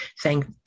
thank